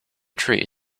tree